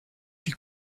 die